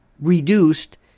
reduced